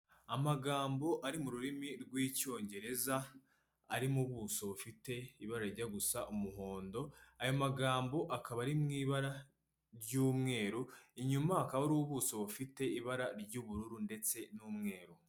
Amagambo ari mu rurimi rw'Icyongereza, ari mu buso bufite ibara rijya gusa umuhondo, aya magambo akaba ari mu ibara ry'umweru, inyuma hakaba hari ubuso bufite ibara ry'ubururu ndetse n'umweru.